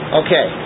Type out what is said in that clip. okay